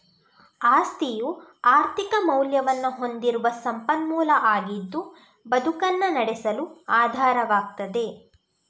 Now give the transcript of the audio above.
ಆಸ್ತಿಯು ಆರ್ಥಿಕ ಮೌಲ್ಯವನ್ನ ಹೊಂದಿರುವ ಸಂಪನ್ಮೂಲ ಆಗಿದ್ದು ಬದುಕನ್ನ ನಡೆಸಲು ಆಧಾರವಾಗ್ತದೆ